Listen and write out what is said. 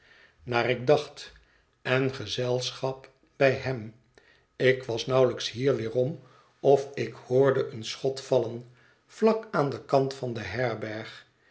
naar ik dacht en gezelschap bij hem ik was nauwelijks hier weerom of ik hoorde een schot vallen vlak aan den kant van de herberg